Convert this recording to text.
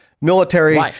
military